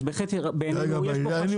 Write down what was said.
אז בהחלט בעיננו יש פה חשיבות.